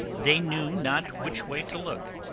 they knew not which way to look.